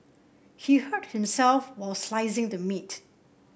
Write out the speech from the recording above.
he hurt himself while slicing the meat